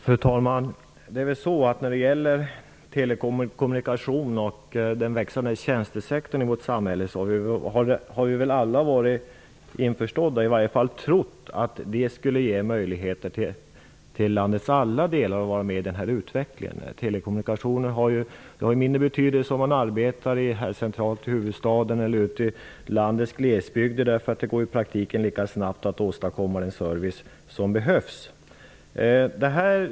Fru talman! Vi har väl alla varit införstådda med eller i varje fall trott att den växande tjänstesektorn i vårt samhälle, särskilt inom telekommunikationsområdet, skulle ge landets alla delar möjlighet att vara med i utvecklingen. När det gäller telekommunikationer har det ju mindre betydelse om man arbetar centralt i huvudstaden eller ute i landets glesbygder -- det går i praktiken lika snabbt att åstadkomma den service som behövs.